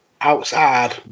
outside